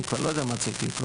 אני כבר לא יודע מה צריך לקרות.